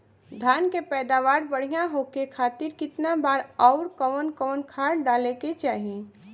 धान के पैदावार बढ़िया होखे खाती कितना बार अउर कवन कवन खाद डाले के चाही?